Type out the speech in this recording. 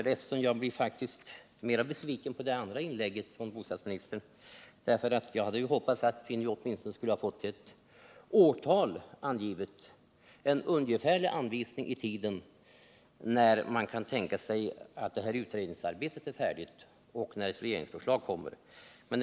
Herr talman! Jag blev faktiskt mer besviken över det andra inlägget från bostadsministern, därför att jag hade hoppats att vi åtminstone skulle ha fått ett årtal angivet, en ungefärlig anvisning i tiden, när man kan tänka sig att det här utredningsarbetet kan vara färdigt och när ett regeringsförslag kan komma.